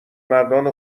مردان